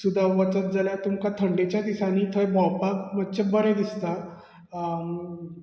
सुद्दां वचत जाल्यार तुमकां थंडेच्या दिसांनी थंय भोंवपाक मातशें बरें दिसता